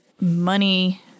money